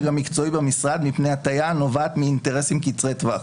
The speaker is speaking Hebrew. המקצועי במשרד מפני הטיה הנובעת מאינטרסים קצרי טווח.